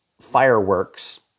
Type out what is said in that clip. fireworks